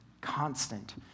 constant